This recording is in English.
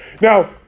Now